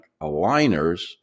aligners